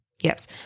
Yes